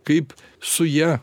kaip su ja